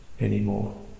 anymore